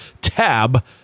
tab